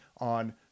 on